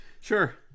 Sure